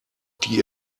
die